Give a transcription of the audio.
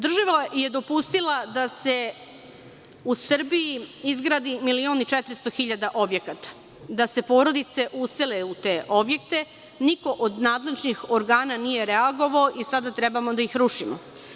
Država je dopustila da se u Srbiji izgradi 1.400.000 objekata, da se porodice usele u te objekte, a niko od nadležnih organa nije reagovao i sada trebamo da ih rušimo.